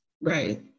Right